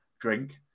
drink